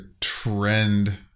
trend